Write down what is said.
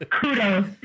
kudos